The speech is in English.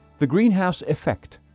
the greenhouse effect